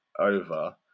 over